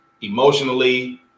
emotionally